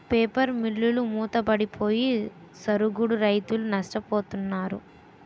paper మిల్లులు మూతపడిపోయి సరుగుడు రైతులు నష్టపోతున్నారు